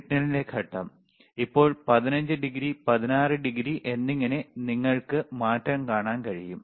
സിഗ്നലിന്റെ ഘട്ടം ഇപ്പോൾ 15 ഡിഗ്രി 16 ഡിഗ്രി എന്നിങ്ങനെ നിങ്ങൾക്ക് മാറ്റം കാണാൻ കഴിയും